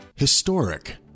Historic